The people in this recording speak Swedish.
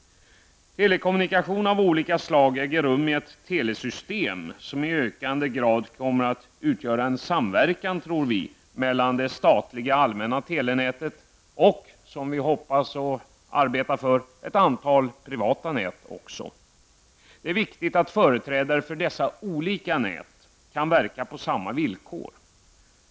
Telekommunikation av olika slag äger rum i ett telesystem som i ökande grad kommer att utgöra en samverkan mellan det statliga allmänna telenätet och -- vilket vi hoppas och arbetar för -- också ett antal privata nät. Det är viktigt att företrädare för dessa olika nät kan verka på samma villkor.